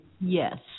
Yes